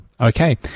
Okay